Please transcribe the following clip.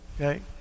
Okay